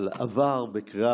אבל זה עבר בקריאה